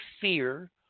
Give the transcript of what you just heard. fear